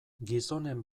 gizonen